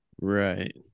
right